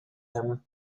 him